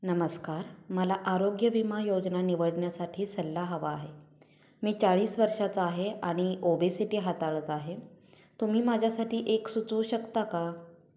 नमस्कार मला आरोग्य विमा योजना निवडण्यासाठी सल्ला हवा आहे मी चाळीस वर्षाचा आहे आणि ओबेसिटी हाताळत आहे तुम्ही माझ्यासाठी एक सुचवू शकता का